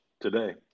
today